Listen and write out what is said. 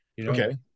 Okay